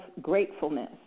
gratefulness